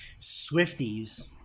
Swifties